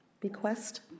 Bequest